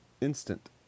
instant